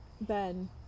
Ben